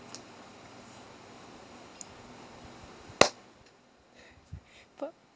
part